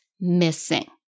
missing